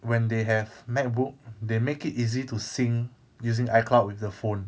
when they have macbook they make it easy to sing using icloud with the phone